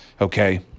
okay